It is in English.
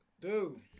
dude